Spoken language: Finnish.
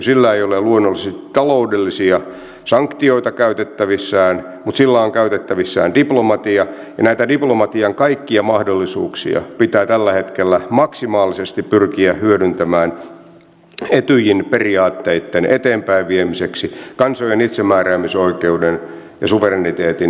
sillä ei ole luonnollisesti taloudellisia sanktioita käytettävissään mutta sillä on käytettävissään diplomatia ja näitä diplomatian kaikkia mahdollisuuksia pitää tällä hetkellä maksimaalisesti pyrkiä hyödyntämään etyjin periaatteitten eteenpäinviemiseksi kansojen itsemääräämisoikeuden ja suvereniteetin turvaamiseksi